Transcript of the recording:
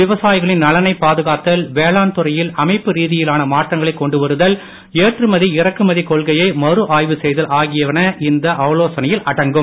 விவசாயிகளின் நலனை பாதுகாத்தல் வேளாண்துறையில் அமைப்பு ரீதியிலான மாற்றங்களை கொண்டு வருதல் ஏற்றுமதி இறக்குமதி கொள்கையை மறுஆய்வு செய்தல் ஆகியன இந்த ஆலோசனையில் அடங்கும்